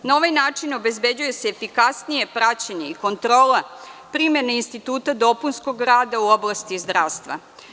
Na ovaj način obezbeđuje se efikasnije praćenje i kontrola primene instituta dopunskog rada u oblasti zdravstva.